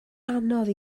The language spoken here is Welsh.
anodd